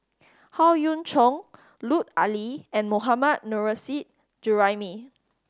Howe Yoon Chong Lut Ali and Mohammad Nurrasyid Juraimi